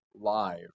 live